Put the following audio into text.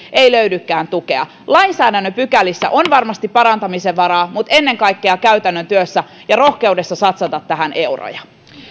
ei löydykään tukea lainsäädännön pykälissä on varmasti parantamisen varaa mutta ennen kaikkea käytännön työssä ja rohkeudessa satsata tähän euroja